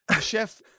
chef